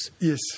Yes